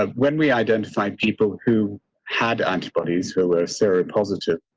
ah when we identify people who had antibodies who were syria positive.